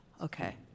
okay